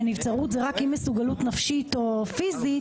שנבצרות זה רק אי מסוגלות נפשית או פיזית,